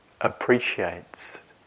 appreciates